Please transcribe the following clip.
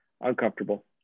uncomfortable